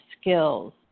skills